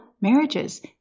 marriages